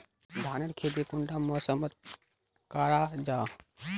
धानेर खेती कुंडा मौसम मोत करा जा?